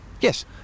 Yes